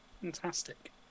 Fantastic